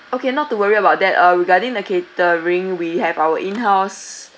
okay not to worry about that uh regarding the catering we have our in house